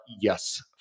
yes